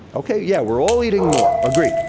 ok, yeah. we're all eating more. agreed.